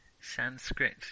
Sanskrit